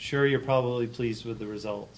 sure you're probably pleased with the results